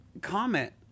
comment